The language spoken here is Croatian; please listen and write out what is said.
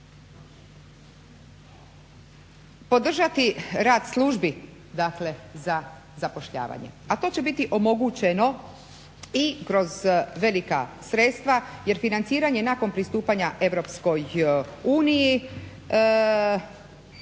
Podržati rad službi dakle za zapošljavanje, a to će biti omogućeno i kroz velika sredstva jer financiranje nakon pristupanja EU stoji